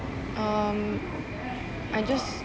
um I just